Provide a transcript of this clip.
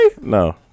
No